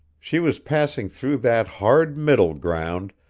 she was passing through that hard middle ground,